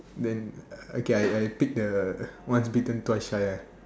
then okay I I pick the once bitten twice shy ah